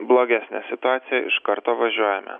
blogesnė situacija iš karto važiuojame